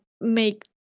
make